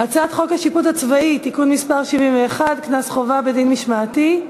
להכנה לקריאה שנייה ושלישית.